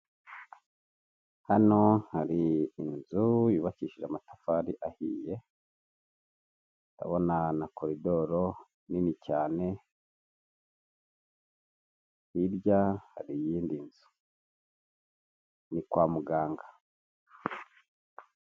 Hano hari inzu yubakishije amatafari ahiye ndabona na korodoro nini cyane, hirya hari iyindi nzu ni kwa muganga.